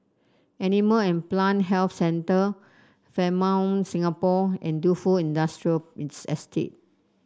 Animal and Plant Health Centre Fairmont Singapore and Defu Industrial Estate